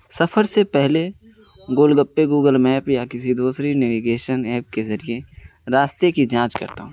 سفر سے پہلے گول گپے گوگل میپ یا کسی دوسری نیویگیشن ایپ کے ذریعے راستے کی جانچ کرتا ہوں